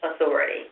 authority